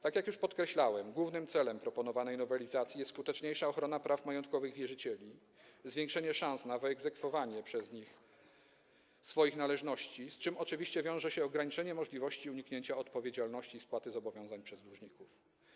Tak jak już podkreślałem, głównym celem proponowanej nowelizacji jest skuteczniejsza ochrona praw majątkowych wierzycieli, zwiększenie szans na wyegzekwowanie przez nich swoich należności, z czym oczywiście wiąże się ograniczenie możliwości uniknięcia odpowiedzialności i spłaty zobowiązań przez dłużników.